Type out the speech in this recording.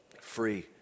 Free